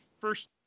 first